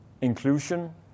inclusion